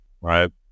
Right